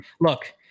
Look